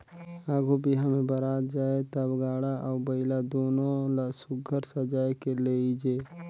आघु बिहा मे बरात जाए ता गाड़ा अउ बइला दुनो ल सुग्घर सजाए के लेइजे